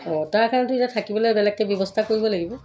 অঁ তাৰ কাৰণেতো এতিয়া থাকিবলৈ বেলেগকৈ ব্যৱস্থা কৰিব লাগিব